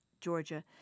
Georgia